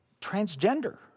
transgender